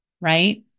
right